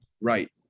Right